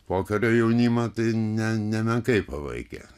pokario jaunimą tai ne nemenkai pavaikė